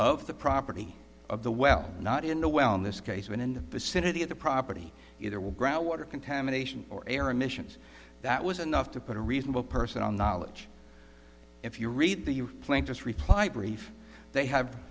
of the property of the well not in the well in this case when in the vicinity of the property either will groundwater contamination or air emissions that was enough to put a reasonable person on knowledge if you read the plank this reply brief they have